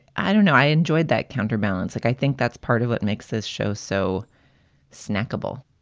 i don't know, i enjoyed that counterbalance. like i think that's part of what makes this show so cynical.